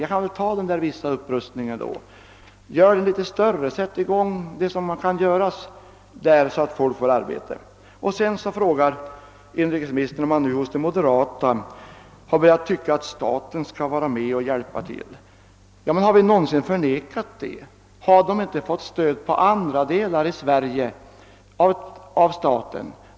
Vi borde väl kunna göra den där upprustningen av vägnätet, sätta i gång vad som kan göras, så att folk får arbete. Vidare frågar inrikesministern, om man nu hos moderata samlingspartiet har börjat tycka, att staten skall vara med och hjälpa till. Har vi någonsin förnekat det? Har man inte fått stöd i andra delar av Sverige av staten?